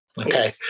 okay